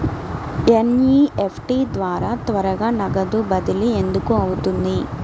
NEFT ద్వారా త్వరగా నగదు బదిలీ ఎందుకు అవుతుంది?